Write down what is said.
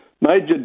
Major